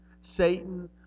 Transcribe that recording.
Satan